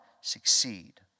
succeed